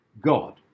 God